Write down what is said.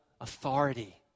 authority